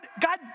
God